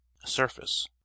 surface